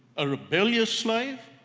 a rebellious slave,